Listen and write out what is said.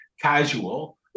casual